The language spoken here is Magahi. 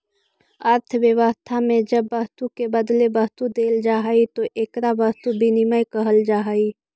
अर्थव्यवस्था में जब वस्तु के बदले वस्तु देल जाऽ हई तो एकरा वस्तु विनिमय कहल जा हई